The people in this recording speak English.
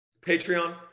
Patreon